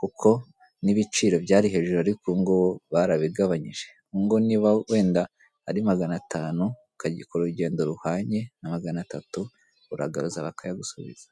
kuko n'ibiciro byari hejuru ariko ubu ngubu barabigabanyije. Ubu ngubu niba wenda ari magana atanu, ugakora urugendo ruhwanye na magana atatu, uragaruza bakayagusubiza